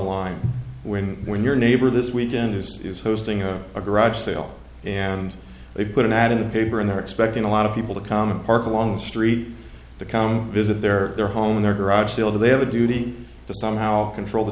line when when your neighbor this weekend is hosting a garage sale and they put an ad in the paper and they're expecting a lot of people to come and park along the street to come visit their their home their garage sale they have a duty to somehow control the